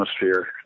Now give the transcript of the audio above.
atmosphere